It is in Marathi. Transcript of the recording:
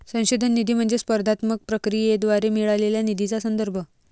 संशोधन निधी म्हणजे स्पर्धात्मक प्रक्रियेद्वारे मिळालेल्या निधीचा संदर्भ